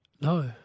no